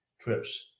trips